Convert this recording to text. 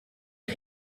est